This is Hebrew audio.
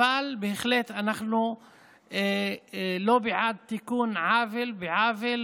אבל אנחנו בהחלט לא בעד תיקון עוול בעוול